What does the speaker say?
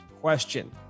question